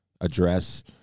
address